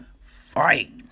fight